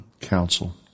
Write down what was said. counsel